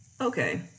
Okay